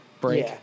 Break